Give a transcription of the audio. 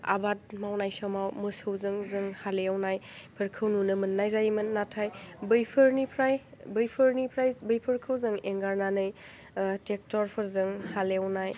आबाद मावनाय समाव मोसौजों जों हालेवनायफोरखौ नुनो मोन्नाय जायोमोन नाथाइ बैफोरनिफ्राय बैफोरनिफ्राय बैफोरखौ जों एंगारनानै ट्रेक्ट'रफोरजों हालेवनाय